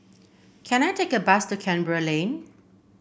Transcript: can I take a bus to Canberra Lane